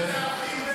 אני לא מצטער על זה.